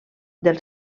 del